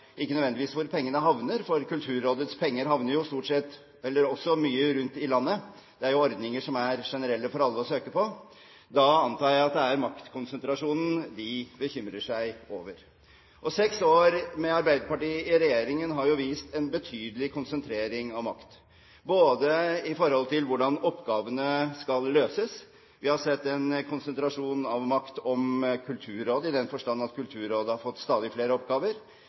ikke nødvendigvis er opptatt av hvor pengene havner, for Kulturrådets penger havner jo også mye rundt om i landet – det er jo generelle ordninger som alle kan søke på. Da antar jeg at det er maktkonsentrasjonen de bekymrer seg over. Seks år med Arbeiderpartiet i regjering har jo vist en betydelig konsentrasjon av makt i forhold til hvordan oppgavene skal løses. Vi har sett en konsentrasjon av makt om Kulturrådet, i den forstand at Kulturrådet har fått stadig flere oppgaver.